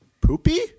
poopy